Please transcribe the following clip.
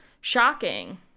Shocking